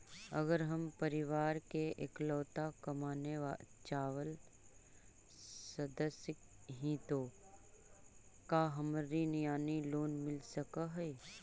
अगर हम परिवार के इकलौता कमाने चावल सदस्य ही तो का हमरा ऋण यानी लोन मिल सक हई?